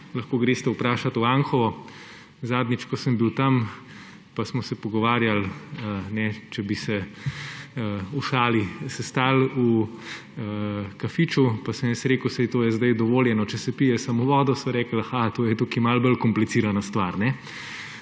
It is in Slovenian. Lahko greste vprašat v Anhovo. Zadnjič, ko sem bil tam, pa smo se pogovarjali, če bi se v šali sestali v kafiču, pa sem jaz rekel – saj to je zdaj dovoljeno, če se pije samo vodo. So rekli – aha, to je tukaj malo bolj komplicirana stvar.